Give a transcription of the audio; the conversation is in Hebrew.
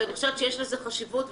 ויש לזה חשיבות.